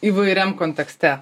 įvairiam kontekste